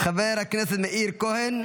חבר הכנסת מאיר כהן,